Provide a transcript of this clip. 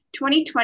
2020